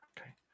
Okay